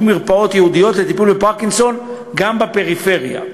מרפאות ייעודיות לטיפול בפרקינסון גם בפריפריה.